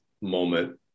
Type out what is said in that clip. moment